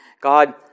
God